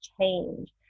change